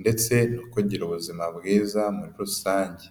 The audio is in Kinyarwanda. ndetse no kugira ubuzima bwiza muri rusange.